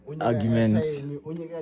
arguments